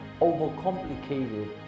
overcomplicated